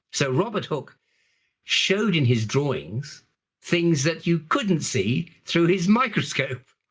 so robert hooke showed in his drawings things that you couldn't see through his microscope.